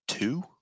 Two